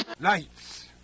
Lights